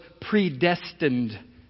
predestined